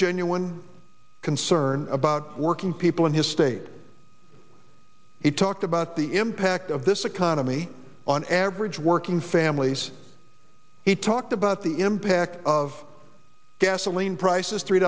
genuine concern about working people in his state it talked about the impact of this economy on average working families he talked about the impact of gasoline prices three